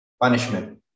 punishment